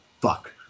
fuck